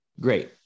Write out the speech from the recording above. great